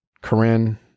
Corinne